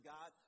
God